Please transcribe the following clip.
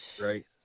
right